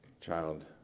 child